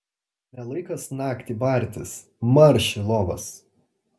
ne laikas naktį bartis marš į lovas